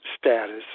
status